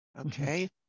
Okay